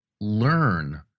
learn